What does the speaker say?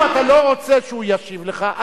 אם אתה לא רוצה שהוא ישיב לך,